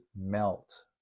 melt